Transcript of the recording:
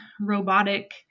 robotic